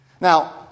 Now